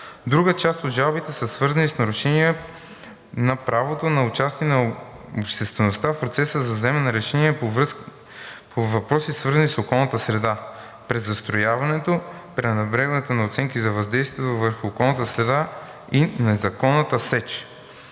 Друга част от жалбите са свързани с нарушения на правото на участие на обществеността в процеса на вземане на решения по въпроси свързани с околната среда; презастрояването; пренебрегването на оценките за въздействие върху околната среда и незаконната сеч.